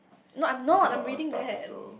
no I'm not I'm reading that